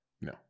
No